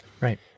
Right